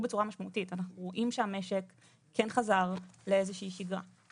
בצורה משמעותית: אנחנו רואים שהמשק כן חזר לאיזושהי שגרה.